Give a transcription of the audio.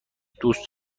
دوست